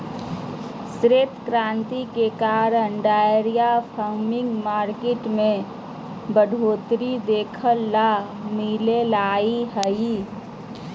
श्वेत क्रांति के कारण डेयरी फार्मिंग मार्केट में बढ़ोतरी देखे ल मिललय हय